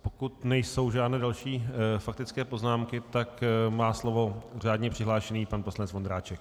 Pokud nejsou žádné další faktické poznámky, tak má slovo řádně přihlášený pan poslanec Vondráček.